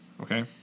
okay